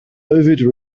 ovid